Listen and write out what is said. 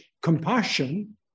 compassion